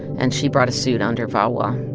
and she brought a suit under vawa